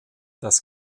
das